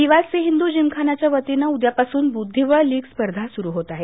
PYC Hindu जिमखानाच्यावतीनं उद्यापासुन PYC बुद्धीबळ लीग स्पर्धा सुरु होत आहे